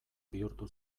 bihurtu